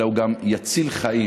אלא הוא גם יציל חיים,